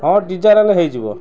ହଁ ହେଲେ ହେଇଯିବ